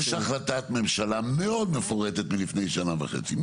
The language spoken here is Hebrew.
יש החלטת ממשלה מאוד מפורטת מלפני שנה וחצי.